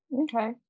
Okay